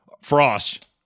frost